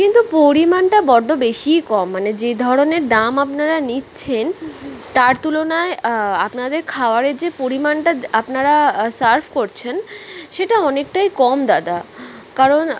কিন্তু পরিমাণটা বড্ড বেশিই কম মানে যে ধরনের দাম আপনারা নিচ্ছেন তার তুলনায় আপনাদের খাবারের যে পরিমাণটা আপনারা সার্ভ করছেন সেটা অনেকটাই কম দাদা কারণ